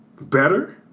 better